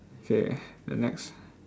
okay the next